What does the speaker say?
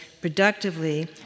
productively